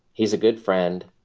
he's a good friend.